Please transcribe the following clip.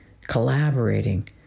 collaborating